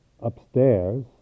upstairs